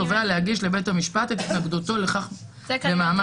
רשאי התובע להגיש לבית המשפט את התנגדותו לכך במעמד